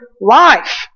life